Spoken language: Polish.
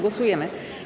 Głosujemy.